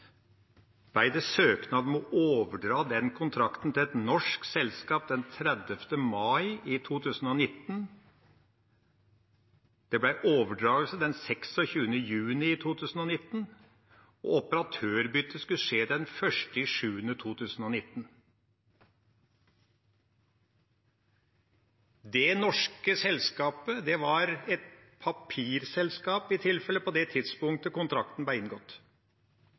om å overdra den kontrakten til et norsk selskap den 30. mai 2019. Det ble overdragelse den 26. juni i 2019, og operatørbyttet skulle skje den 1. juli 2019. Det norske selskapet var i tilfelle et papirselskap på det tidspunktet kontrakten ble inngått.